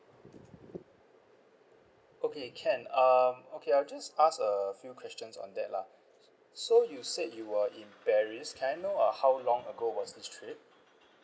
okay can um okay I'll just ask a few questions on that lah so you said you were in paris can I know uh how long ago was this trip